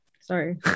Sorry